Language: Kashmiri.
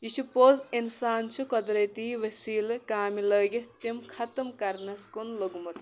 یہِ چھُ پوٚز اِنسان چھُ قۄدرٔتی ؤسیٖلہٕ کامہِ لٲگِتھ تِم ختم کَرنَس کُن لوٚگمُت